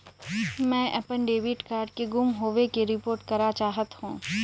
मैं अपन debit card के गुम होवे के रिपोर्ट करा चाहत हों